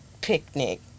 picnic